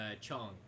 Chong